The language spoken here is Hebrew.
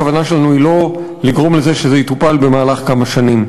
הכוונה שלנו היא לא לגרום לזה שזה יטופל במהלך כמה שנים.